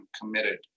committed